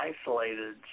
isolated